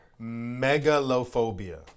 megalophobia